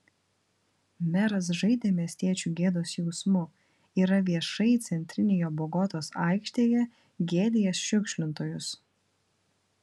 meras žaidė miestiečių gėdos jausmu yra viešai centrinėje bogotos aikštėje gėdijęs šiukšlintojus